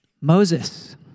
Moses